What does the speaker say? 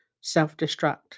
self-destruct